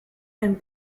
and